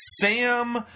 Sam